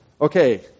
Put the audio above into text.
Okay